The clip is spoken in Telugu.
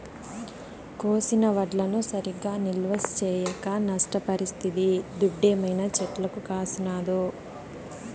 కోసిన వడ్లను సరిగా నిల్వ చేయక నష్టపరిస్తిది దుడ్డేమైనా చెట్లకు కాసినాదో